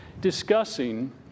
discussing